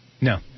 No